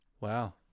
Wow